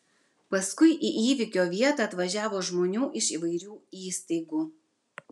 paskui į įvykio vietą atvažiavo žmonių iš įvairių įstaigų